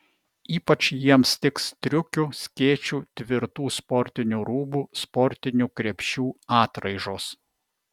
ypač jiems tiks striukių skėčių tvirtų sportinių rūbų sportinių krepšių atraižos